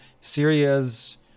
Syria's